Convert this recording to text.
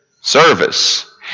service